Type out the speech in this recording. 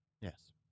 Yes